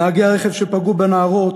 נהגי הרכב שפגעו בנערות,